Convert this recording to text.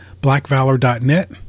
blackvalor.net